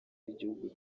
w’igihugu